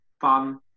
fun